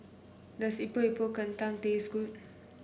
does Epok Epok Kentang taste good